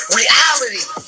reality